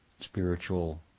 spiritual